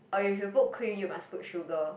or if you put cream you must put sugar